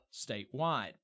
statewide